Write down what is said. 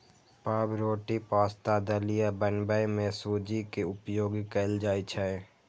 पावरोटी, पाश्ता, दलिया बनबै मे सूजी के उपयोग कैल जाइ छै